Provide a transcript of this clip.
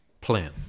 plan